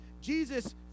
Jesus